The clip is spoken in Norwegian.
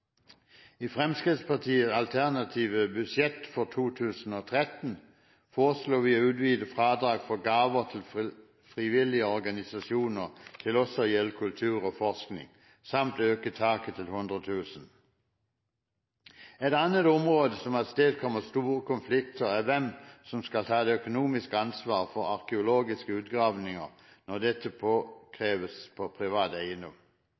I Fremskrittspartiets alternative budsjett for 2013 foreslo vi å utvide fradrag for gaver til frivillige organisasjoner til også å gjelde kultur og forskning samt øke taket til 100 000 kr. Et annet område som avstedkommer store konflikter, er hvem som skal ta det økonomiske ansvaret for arkeologiske utgravinger når dette påkreves på privat eiendom.